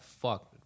fuck